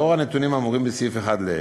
2. לאור הנתונים האמורים בסעיף 1 לעיל,